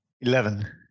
Eleven